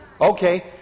okay